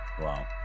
Wow